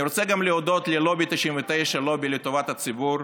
אני רוצה גם להודות ללובי 99, לובי לטובת הציבור,